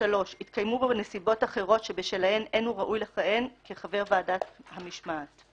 התקיימו בו נסיבות אחרות שבשלהן אין הוא ראוי לכהן כחבר ועדת המשמעת.